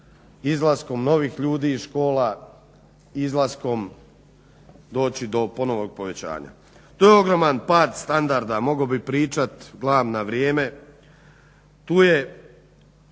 izlaskom novih ljudi iz škola, izlaskom doći do ponovnog povećanja. To je ogroman pad standarda, mogao bih pričati gledam na vrijeme.